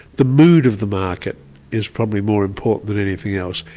the mood of the market is probably more important than anything else.